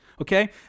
okay